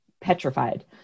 petrified